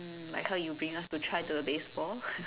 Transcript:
mm like how you bring us to try the baseball